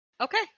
Okay